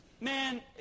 Man